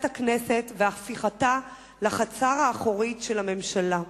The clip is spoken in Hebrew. הכנסת והפיכתה לחצר האחורית של הממשלה.